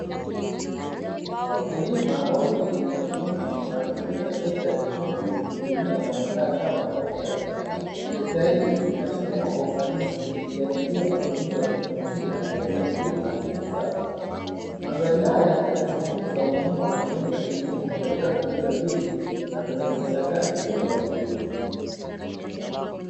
Wakulima wawili wa kiume wanaendesha trekta jekundu kulilia na kuandaa shamba kwa ustadi, Sekta hii inasukumwa kwa ufanisi ikiashiria matumizi ya teknolojia katika kilimo cha kisasa. Mandhari haya inasisitiza umuhimu wa mashine za kilimo katika kuongeza tija na kurahisisha kazi kwa wakulima.